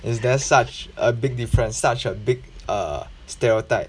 is there such a big difference such a big uh stereotype